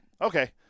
okay